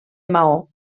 maó